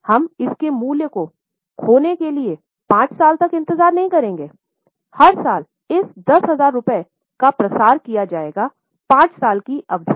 हम इसके मूल्य को खोने के लिए 5 साल तक इंतजार न करें हर साल इस 10000 रुपये का प्रसार किया जाएगा 5 साल की अवधि में